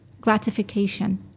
gratification